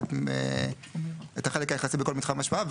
את החלק היחסי בכל מתחם השפעה.